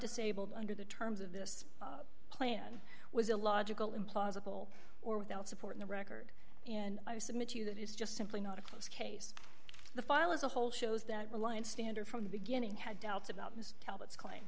disabled under the terms of this plan was illogical implausible or without support in the record and i submit to you that is just simply not a close case the file as a whole shows that reliance standard from the beginning had doubts about mr talbot's claim